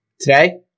Today